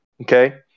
okay